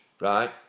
right